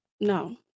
no